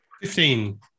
Fifteen